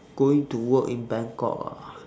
going to work in bangkok ah